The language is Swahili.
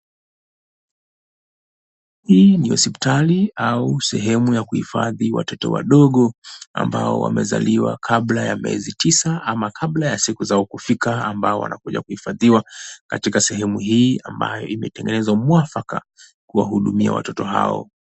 Hii ni hospitali au sehemu ya kuhifadhi watoto wadogo ambao wamezaliwa kabla ya miezi tisa ama kabla ya siku zao kufika ambao wanakuja kuhifadhi katika sehemu hii ambayo imetengenezwa mwafaka kuwahudumia watoto hao.